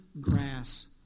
grass